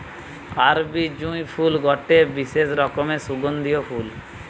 আরবি জুঁই ফুল গটে বিশেষ রকমের সুগন্ধিও ফুল